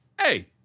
hey